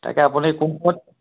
তাকে আপুনি কোনখিনি